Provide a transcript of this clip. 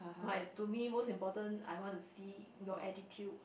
my to me most important I want to see your attitude